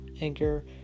anchor